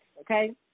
Okay